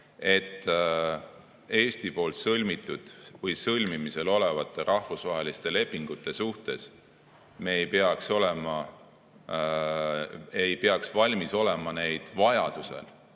et Eesti sõlmitud või sõlmimisel olevate rahvusvaheliste lepingute suhtes me ei peaks olema valmis neid vajaduse